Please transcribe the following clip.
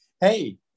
hey